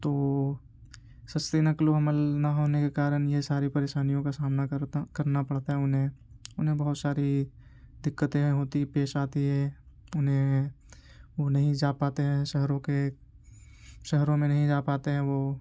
تو سستی نقل و حمل نہ ہونے کے کارن یہ ساری پریشانیوں کا سامنا کرنا پڑتا ہے انہیں انہیں بہت ساری دقتیں ہوتی پیش آتی ہے انہیں وہ نہیں جا پاتے ہیں شہروں کے شہروں میں نہیں جا پاتے ہیں وہ